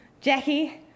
Jackie